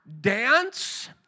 dance